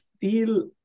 feel